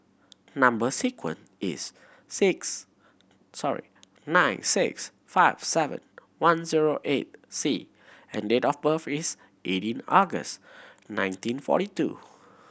number sequence is six sorry nine six five seven one zero eight C and date of birth is eighteen August nineteen forty two